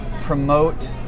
promote